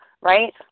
right